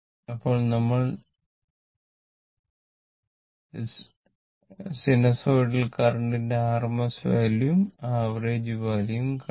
അപ്പോൾ നമ്മൾ sinusoidal current ന്റെ RMS വാല്യൂ ഉം ആവറേജ് വാല്യൂ ഉം കണ്ടു